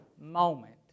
moment